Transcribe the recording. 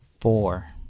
Four